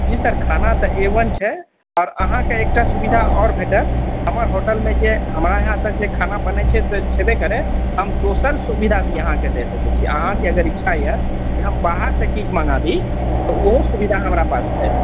जी sir खाना तऽ A one छै आओर अहाँके एकटा सुविधा आओर भेटत हमर होटल मे जे हमरा यहाँ तऽ जे खाना बनै छै से छेबे करै हम दोसर सुविधा भी अहाँके दए सकै छी अहाँके अगर इच्छा य कि हम बाहर से किछ मङ्गाबी तऽ उहो सुविधा हमरा पास छै